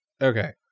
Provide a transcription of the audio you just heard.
okay